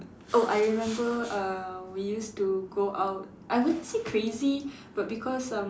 oh I remember uh we used to go out I wouldn't say crazy but because um